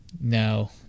No